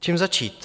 Čím začít?